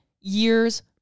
year's